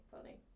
funny